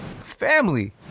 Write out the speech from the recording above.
family